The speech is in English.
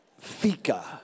Fika